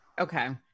Okay